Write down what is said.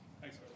Thanks